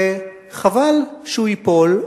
וחבל שהוא ייפול,